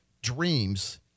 dreams